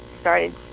started